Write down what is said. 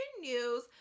news